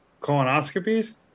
Colonoscopies